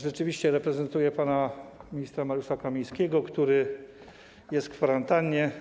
Rzeczywiście reprezentuję pana ministra Mariusza Kamińskiego, który jest w kwarantannie.